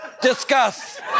Discuss